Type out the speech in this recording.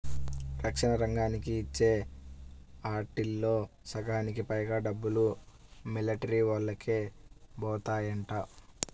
రక్షణ రంగానికి ఇచ్చే ఆటిల్లో సగానికి పైగా డబ్బులు మిలిటరీవోల్లకే బోతాయంట